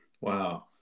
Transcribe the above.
Wow